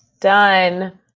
Done